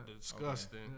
Disgusting